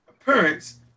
appearance